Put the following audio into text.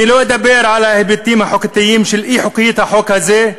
אני לא אדבר על ההיבטים החוקתיים של אי-חוקיות החוק הזה.